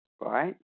right